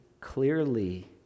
clearly